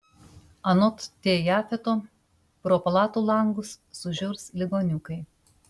anot t jafeto pro palatų langus sužiurs ligoniukai